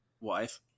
wife